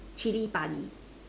Chili padi